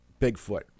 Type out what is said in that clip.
Bigfoot